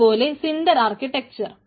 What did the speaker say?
അതുപോലെ സിഡർ ആർക്കിടെക്ച്ചർ